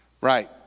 right